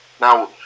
Now